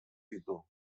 ditu